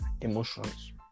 emotions